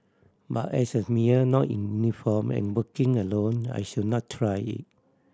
but as a male not in uniform and working alone I should not try it